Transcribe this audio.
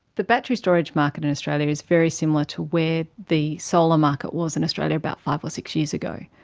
the battery storage market in australia is very similar to where the solar market was in australia about five or six years ago.